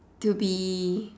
to be